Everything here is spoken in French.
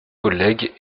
collègues